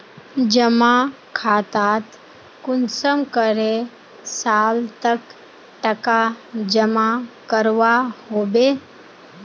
जमा खातात कुंसम करे साल तक टका जमा करवा होबे?